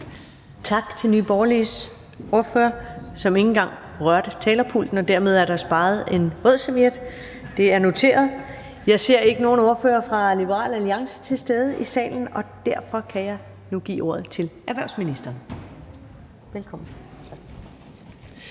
Tak til Nye Borgerliges ordfører, som ikke engang rørte talerpulten, og dermed er der sparet en vådserviet. Jeg ser ikke nogen ordfører fra Liberal Alliance til stede i salen, og derfor kan jeg nu give ordet til erhvervsministeren. Kl.